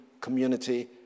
community